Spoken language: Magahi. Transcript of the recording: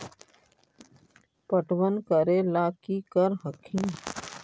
पटबन करे ला की कर हखिन?